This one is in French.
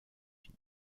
unis